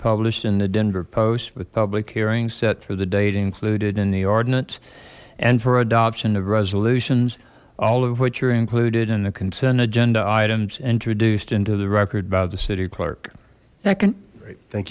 published in the denver post with public hearings set for the date included in the ordinance and for adoption of resolutions all of which are included in the consent agenda items introduced into the record the city clerk second thank